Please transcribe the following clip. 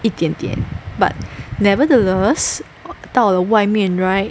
一点点 but nevertheless 到了外面 right